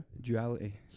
Duality